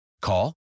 Call